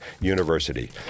University